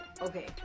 Okay